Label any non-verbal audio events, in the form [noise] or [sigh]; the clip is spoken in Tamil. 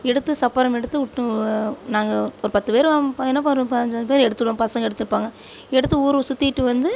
எடுத்து சப்பரம் எடுத்து விட்டு நாங்கள் ஒரு பத்து பேர் [unintelligible] ஒரு பயஞ்சிப்பேர் எடுத்துருவோம் பசங்க எடுத்துருப்பாங்க எடுத்து ஊர் சுத்திவிட்டு வந்து